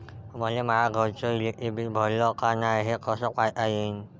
मले माया घरचं इलेक्ट्रिक बिल भरलं का नाय, हे कस पायता येईन?